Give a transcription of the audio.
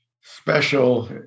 special